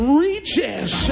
reaches